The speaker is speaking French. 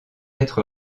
être